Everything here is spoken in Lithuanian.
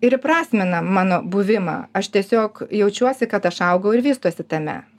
ir įprasmina mano buvimą aš tiesiog jaučiuosi kad aš augu ir vystausi tame